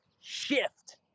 shift